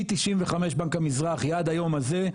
מ- 1995 בנק המזרחי עד היום הזה,